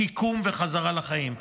שיקום וחזרה לחיים.